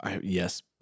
Yes